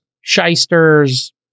shysters